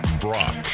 Brock